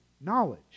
knowledge